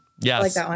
yes